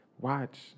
watch